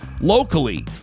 locally